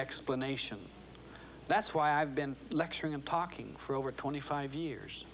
explanation that's why i've been lecturing and talking for over twenty five years